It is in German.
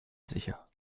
sicher